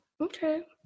okay